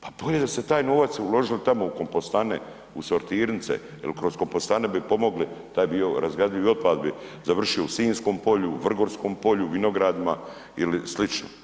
Pa bolje da ste taj novac uložili tamo u kompostane, u sortirnice jer kroz kompostane bi pomogli taj dio, razgradivi otpad bi završio u Sinjskom polju, u Vrgoskom polju, vinogradima ili sl.